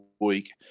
week